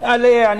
לא